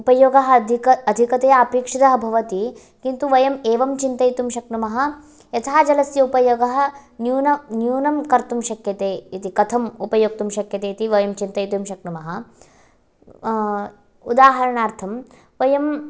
उपयोग अधिकम् अधिकतया अपेक्षित भवति किन्तु वयम् एवं चिन्तयितुं शक्नुम यथा जलस्य उपयोग न्यूनं न्यूनं कर्तुं शक्यते इति कथं उपयोक्तुं शक्यते इति वयं चिन्तयितुं शक्नुम उदाहरणार्थं वयं